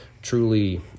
Truly